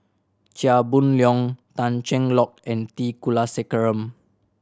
Chia Boon Leong Tan Cheng Lock and T Kulasekaram